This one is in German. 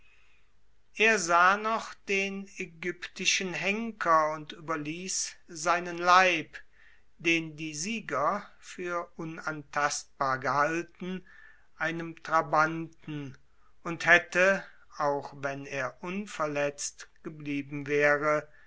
er sah den aegyptischen henker und überließ seinen leib den die sieger für unantastbar gehalten einem trabanten und hätte auch wenn er unverletzt geblieben wäre